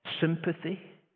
sympathy